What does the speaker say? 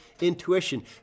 intuition